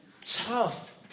tough